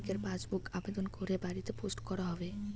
ব্যাংকের পাসবুক কি আবেদন করে বাড়িতে পোস্ট করা হবে?